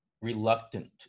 reluctant